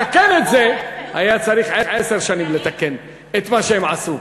לתקן את זה היה צריך עשר שנים כדי לתקן את מה שהם עשו.